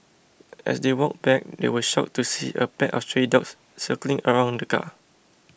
as they walked back they were shocked to see a pack of stray dogs circling around the car